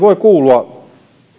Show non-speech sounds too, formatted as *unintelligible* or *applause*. *unintelligible* voi kuulua